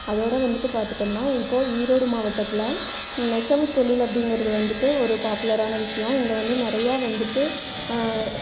அதோடு வந்துவிட்டு பாத்துட்டோம்னா இப்போது ஈரோடு மாவட்டத்தில் நெசவு தொழில் அப்படிங்கறது வந்துவிட்டு ஒரு பாப்புலரான விஷயம் இங்கே வந்து நிறைய வந்துவிட்டு